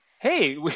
hey